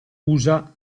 usa